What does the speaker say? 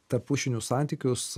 tarprūšinius santykius